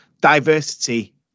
Diversity